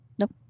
Nope